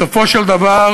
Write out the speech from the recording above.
בסופו של דבר